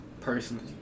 personally